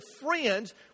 friends